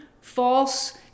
false